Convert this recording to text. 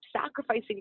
sacrificing